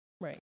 Right